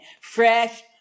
fresh